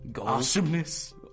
Awesomeness